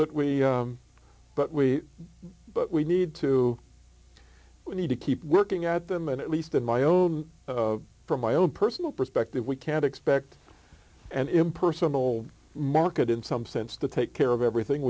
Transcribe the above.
we but we but we need to we need to keep working at them and at least in my own from my own personal perspective we can expect an impersonal market in some sense to take care of everything